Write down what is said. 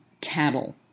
cattle